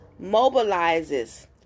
mobilizes